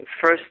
first